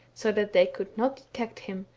so that they could not detect him,